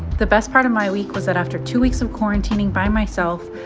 the best part of my week was that after two weeks of quarantining by myself,